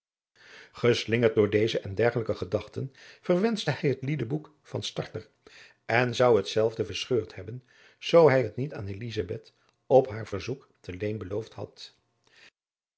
geslingerd door deze en dergelijke gedachten verwenschte hij het liedeboek van starter en zou hetzelve verscheurd hebben zoo hij het niet aan elizabeth op haar verzoek te leen beloofd had